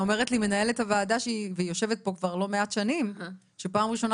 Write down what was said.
אומרת לי מנהלת הוועדה שיושבת פה כבר לא מעט שנים שזו הפעם הראשונה